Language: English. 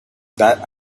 that